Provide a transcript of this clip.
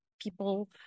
people